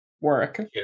Work